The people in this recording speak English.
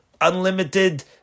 unlimited